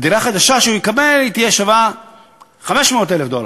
והדירה החדשה שהוא יקבל תהיה שווה 500,000 דולר,